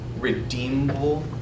redeemable